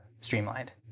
streamlined